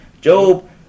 Job